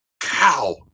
cow